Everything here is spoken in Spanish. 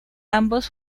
ambos